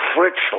Fritz